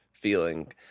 feeling